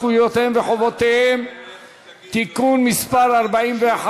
זכויותיהם וחובותיהם (תיקון מס' 41)